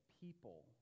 people